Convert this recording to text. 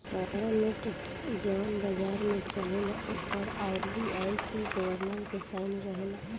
सारा नोट जवन बाजार में चलेला ओ पर आर.बी.आई के गवर्नर के साइन रहेला